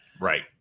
Right